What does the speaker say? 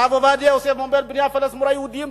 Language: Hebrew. הרב עובדיה יוסף אומר: בני הפלאשמורה יהודים,